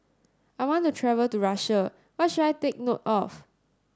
I want to travel to Russia what should I take note of